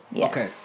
okay